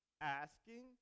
asking